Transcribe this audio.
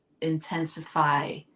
intensify